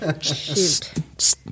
Shoot